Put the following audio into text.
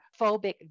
phobic